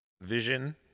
vision